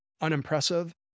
unimpressive